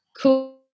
cool